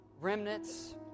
Remnants